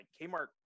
Kmart